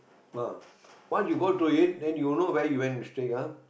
well once you go through it then you'll know when you make mistake ah